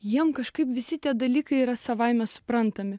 jiems kažkaip visi tie dalykai yra savaime suprantami